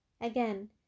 Again